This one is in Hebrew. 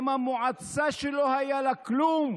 עם המועצה, שלא היה לה כלום,